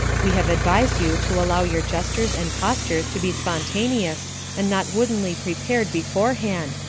we have advised you to allow your gestures and postures to be spontaneous and not woodenly prepared beforehand,